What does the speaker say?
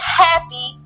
happy